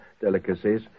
delicacies